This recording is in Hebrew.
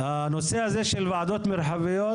מבחינתי הנושא הזה של ועדות מרחביות,